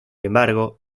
embargo